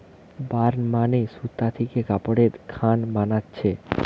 burn মানে যে সুতা থিকে কাপড়ের খান বানাচ্ছে